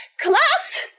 Class